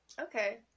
Okay